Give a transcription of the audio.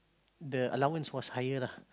the allowance was higher lah